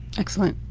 excellent.